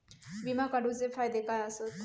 विमा काढूचे फायदे काय आसत?